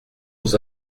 aux